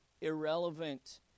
irrelevant